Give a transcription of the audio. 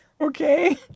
Okay